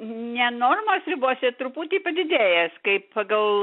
ne normos ribose truputį padidėjęs kaip pagal